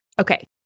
Okay